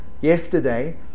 yesterday